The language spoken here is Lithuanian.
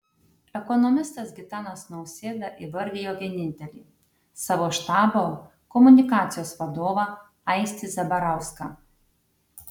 ekonomistas gitanas nausėda įvardijo vienintelį savo štabo komunikacijos vadovą aistį zabarauską